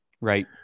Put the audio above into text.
Right